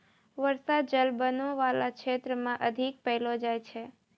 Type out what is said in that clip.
बर्षा जल बनो बाला क्षेत्र म अधिक पैलो जाय छै